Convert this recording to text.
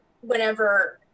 whenever